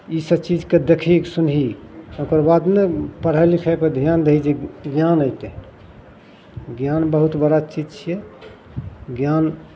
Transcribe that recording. ईसब चीजके देखही सुनही ओकरबाद ने पढ़ै लिखैपर धिआन दही जे ज्ञान अएतै ज्ञान बहुत बड़ा चीज छिए ज्ञान